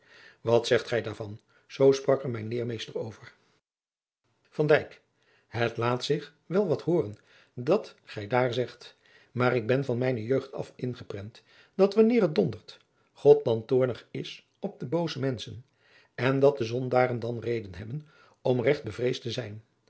wat zegt gij daarvan zoo sprak er mijn leermeester over van dijk het laat zich wel wat hooren dat gij daar zegt maar ik ben van mijne jeugd af ingeprent dat wanneer het dondert god dan toornig is op de booze menschen en dat de zondaren dan reden adriaan loosjes pzn het leven van maurits lijnslager hebben om regt bevreesd te zijn